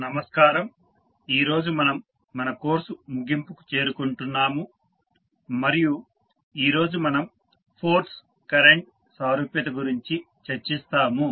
నమస్కారం ఈ రోజు మనం మన కోర్సు ముగింపుకు చేరుకుంటున్నాము మరియు ఈ రోజు మనం ఫోర్స్ కరెంట్ సారూప్యత గురించి చర్చిస్తాము